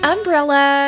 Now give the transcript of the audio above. Umbrella